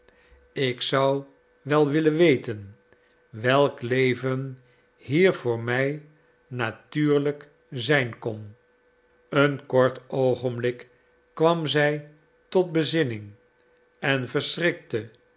ik zou wel willen weten welk leven hier voor mij natuurlijk zijn kon een kort oogenblik kwam zij tot bezinning en verschrikte